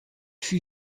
fut